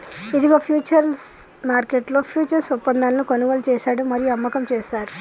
ఇదిగో ఫ్యూచర్స్ మార్కెట్లో ఫ్యూచర్స్ ఒప్పందాలను కొనుగోలు చేశాడు మరియు అమ్మకం చేస్తారు